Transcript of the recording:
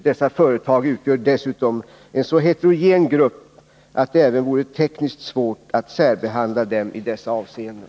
Dessa företag utgör dessutom en så heterogen grupp att det även vore tekniskt svårt att särbehandla dem i dessa avseenden.